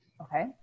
Okay